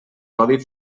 codi